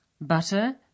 butter